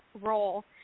role